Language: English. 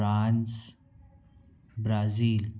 France Brazil